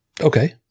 Okay